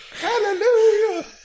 Hallelujah